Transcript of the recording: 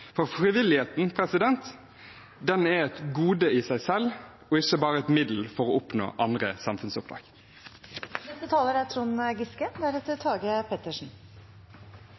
For frivilligheten er et gode i seg selv og ikke bare et middel for å oppnå andre samfunnsoppdrag. Det er